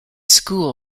school